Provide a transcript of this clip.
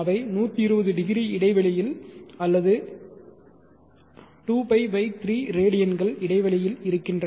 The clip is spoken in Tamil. அவை 120 டிகிரி இடைவெளியில் அல்லது 2π 3 ரேடியன்கள் இடைவெளியில் இருக்கின்றன